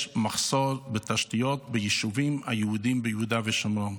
יש מחסור בתשתיות ביישובים היהודיים ביהודה ושומרון.